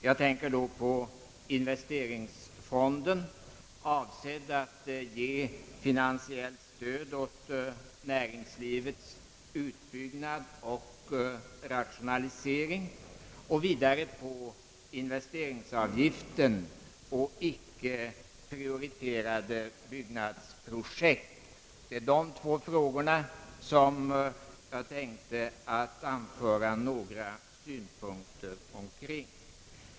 Jag tänker då på den näringspolitiska fonden, avsedd att ge finansiellt stöd åt näringslivets utbyggnad och rationalisering, samt vidare på investeringsavgiften på icke prioriterade byggnadsprojekt. Det är omkring dessa två frågor som jag har avsett att anföra några synpunkter.